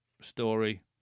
story